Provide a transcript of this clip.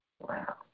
Wow